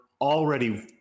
already